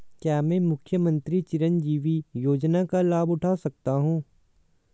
क्या मैं मुख्यमंत्री चिरंजीवी योजना का लाभ उठा सकता हूं?